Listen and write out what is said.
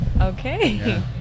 Okay